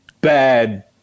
bad